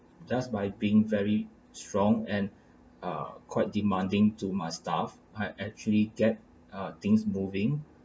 just by being very strong and ah quite demanding to my staff I actually get ah things moving